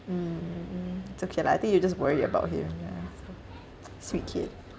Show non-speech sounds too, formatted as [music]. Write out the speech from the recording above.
mm mm it's okay lah I think you just worried about him yeah so [noise] sweet kid